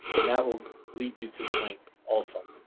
and that will lead you to the link also.